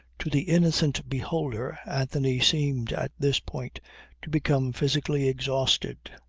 to the innocent beholder anthony seemed at this point to become physically exhausted.